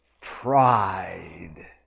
pride